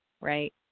Right